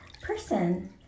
person